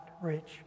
rich